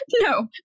No